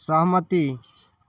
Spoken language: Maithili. सहमति